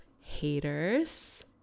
Haters